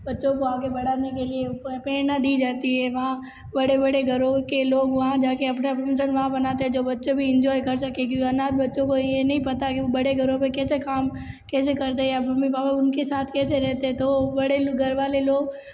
बच्चों को आगे बढ़ाने के लिए ऊपर प्रेरणा दी जाती है वहाँ बड़े बड़े घरों के लोग वहाँ जाके अपना फंक्सन वहाँ मानते हैं जो बच्चे भी इंजोय कर सकें क्यों अनाथ बच्चों को ये नहीं पता कि बड़े घरों पे कैसे काम कैसे करते हैं या मम्मी पापा उनके साथ कैसे रहते हैं तो बड़े घर वाले लोग